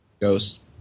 Ghost